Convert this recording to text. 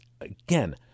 again